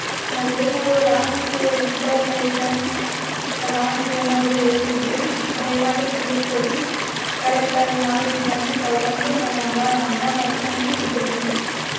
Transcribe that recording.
ನಾವು ಏನಾದರೂ wrong information wrong ಏನಾದರೂ ಹೇಳಿದ್ರೆ ದಯಮಾಡಿ ತಿಳಿಸಿಕೊಡಿ ಕರೆಕ್ಟಾದ ಮಾಹಿತಿಯನ್ನು ತಗೊಂಡು ನಮ್ಮ ಅಮೌ ಹಣವನ್ನು ನಮಗೆ ಹಿಂತಿರುಗಿಸಿ